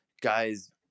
guys